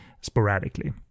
sporadically